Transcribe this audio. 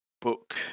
book